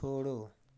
छोड़ो